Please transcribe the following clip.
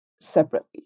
separately